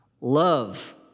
love